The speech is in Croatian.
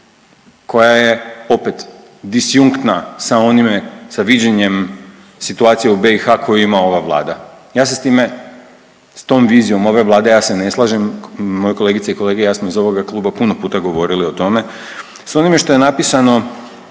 koja je opet disjunktna sa onime, sa viđenjem situacije u BiH koju ima ova vlada. Ja se s time, s tom vizijom ove vlade ja se ne slažem, moje kolegice i kolege i ja smo iz ovoga kluba puno puta govorili o tome. S onime što je napisano